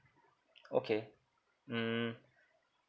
okay mm